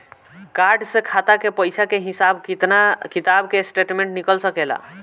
Card से खाता के पइसा के हिसाब किताब के स्टेटमेंट निकल सकेलऽ?